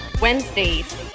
Wednesdays